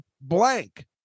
Blank